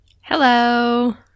Hello